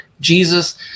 Jesus